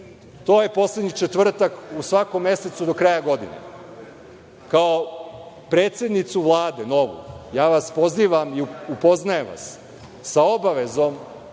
To je poslednji četvrtak u svakom mesecu do kraja godine. Kao novu predsednicu Vlade, pozivam vas i upoznajem vas sa obavezom